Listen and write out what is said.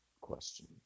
question